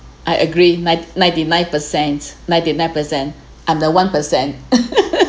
I agree nine ninety nine percent ninety nine percent I'm the one percent